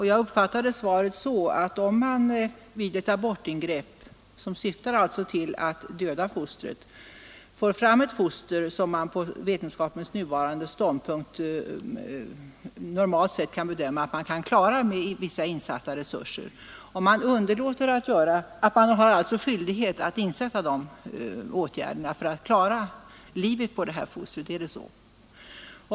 Jag uppfattade svaret så att om man vid ett abortingrepp, som alltså syftar till att döda fostret, får fram ett foster som är sådant att man på vetenskapens nuvarande ståndpunkt normalt sett kan bedöma att man klarar det med vissa insatta resurser, så har man skyldighet att sätta in de åtgärderna för att klara livet på detta foster.